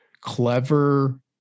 clever